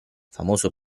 famoso